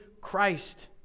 Christ